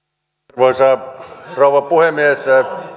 arvoisa rouva puhemies